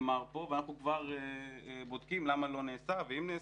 ואנחנו כבר בודקים למה לא נעשה והאם נעשה.